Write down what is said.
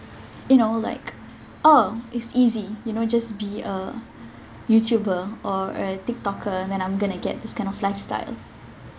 you know like oh it's easy you know just be a youtuber or a tik toker and then I'm going to get this kind of lifestyle